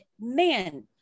man